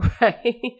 right